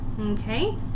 Okay